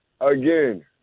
again